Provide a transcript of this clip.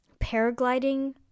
paragliding